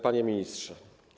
Panie Ministrze!